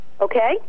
Okay